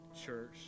church